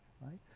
right